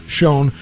shown